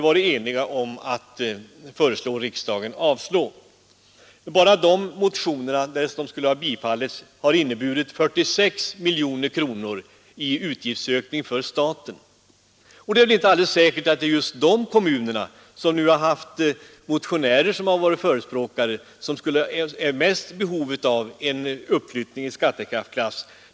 Bara de motionerna skulle ha inneburit, därest de bifallits, 46 miljoner kronor i utgiftsökning för staten. Och det är väl inte alldeles säkert att just de kommunerna som nu har haft motionärer som förespråkare är mest i behov av en uppflyttning i skattekraftsklass.